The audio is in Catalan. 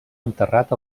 enterrat